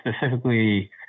specifically